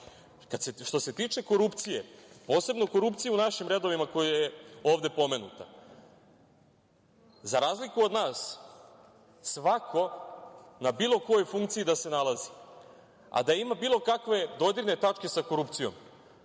se tiče korupcije, posebno korupcije u našim redovima, koja je ovde pomenuta, za razliku od nas, svako na bilo kojoj funkciji da se nalazi, a da ima bilo kakve dodirne tačke sa korupcijom,